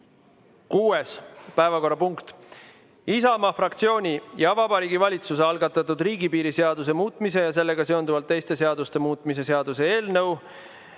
Kuues päevakorrapunkt: Isamaa fraktsiooni ja Vabariigi Valitsuse algatatud riigipiiri seaduse muutmise ja sellega seonduvalt teiste seaduste muutmise seaduse eelnõu.